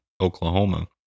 Oklahoma